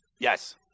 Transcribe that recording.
Yes